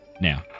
now